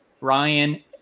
Ryan